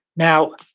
now,